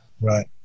Right